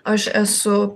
aš esu